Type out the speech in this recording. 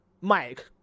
Mike